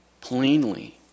plainly